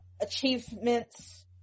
achievements